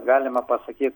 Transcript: galima pasakyt